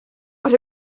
but